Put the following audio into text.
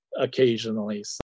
occasionally